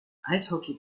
eishockey